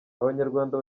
abanyarwanda